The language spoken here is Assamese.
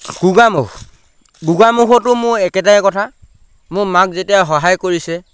গোগাামুখ গোগাামুখতো মোৰ একেটাই কথা মোৰ মাক যেতিয়া সহায় কৰিছে